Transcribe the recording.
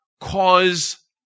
cause